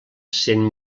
cent